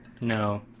No